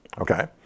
okay